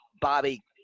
Bobby